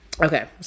Okay